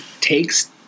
takes